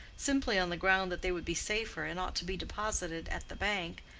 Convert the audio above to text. simply on the ground that they would be safer and ought to be deposited at the bank,